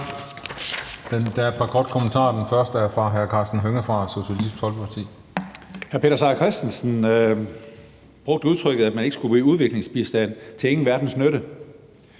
Der er et par korte bemærkninger, og den første er fra hr. Karsten Hønge fra Socialistisk Folkeparti. Kl. 18:50 Karsten Hønge (SF): Hr. Peter Seier Christensen brugte udtrykket, at man ikke skulle give udviklingsbistand til ingen verdens nytte.